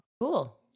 Cool